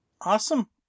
Awesome